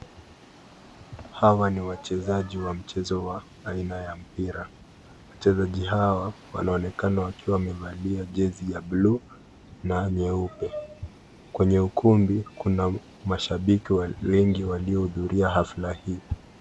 Hawa ni wachezaji wa mchezo wa aina ya mpira ,wachezaji hawa wanaokena wakiwa wamevalia chezi ya (SC)blue(SC) na nyuepe, kwenye ukumbi kuna mashabiki wengi waliohudhuria hafla hii.